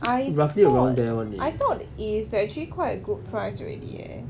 I thought I thought it's actually quite a good price already leh